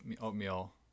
oatmeal